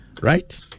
right